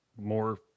more